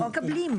מה מקבלים?